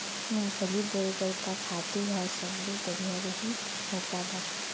मूंगफली बोए बर का खातू ह सबले बढ़िया रही, अऊ काबर?